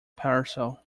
parcel